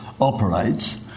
operates